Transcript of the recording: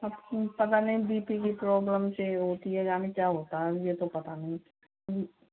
अब पता नहीं बी पी की प्रॉब्लम से होती है जानें क्या होता है ये तो पता नहीं